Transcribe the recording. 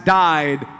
died